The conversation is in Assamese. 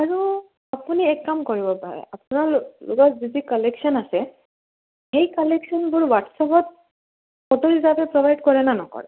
আৰু আপুনি এক কাম কৰিব পাৰে আপোনাৰ ল লগত যি যি কালেকশ্য়ন আছে সেই কালেকশ্যনবোৰ হোৱাটছআপত ফটো হিচাপে প্ৰভাইড কৰেনে নকৰে